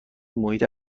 محیط